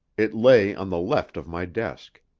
it lay on the left of my desk.